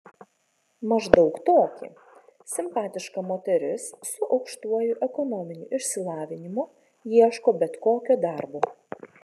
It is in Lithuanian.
maždaug tokį simpatiška moteris su aukštuoju ekonominiu išsilavinimu ieško bet kokio darbo